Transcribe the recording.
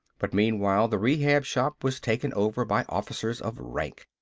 but meanwhile the rehab shop was taken over by officers of rank.